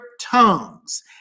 tongues